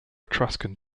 etruscan